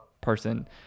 person